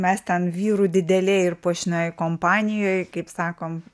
mes ten vyrų didelėj ir puošnioj kompanijoj kaip sakom